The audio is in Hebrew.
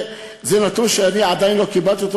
זה נתון שאני עדיין לא קיבלתי אותו,